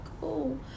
cool